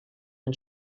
and